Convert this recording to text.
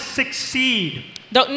succeed